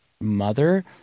mother